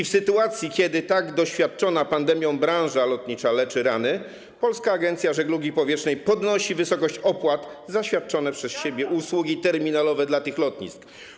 W sytuacji gdy tak doświadczona pandemią branża lotnicza leczy rany, Polska Agencja Żeglugi Powietrznej zwiększa wysokość opłat za świadczone przez siebie usługi terminalowe dla tych lotnisk.